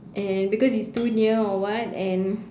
and because it's too near or what and